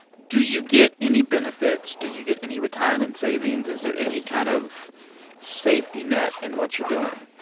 do you get any benefits? do you get any retirement savings? is there any kind of safety net in what you're doing?